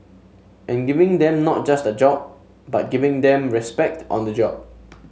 and giving them not just a job but giving them respect on the job